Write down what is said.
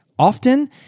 Often